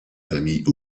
famille